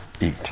Eat